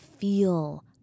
feel